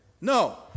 No